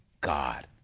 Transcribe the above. God